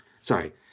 Sorry